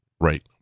right